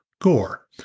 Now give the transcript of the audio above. Gore